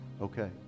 Okay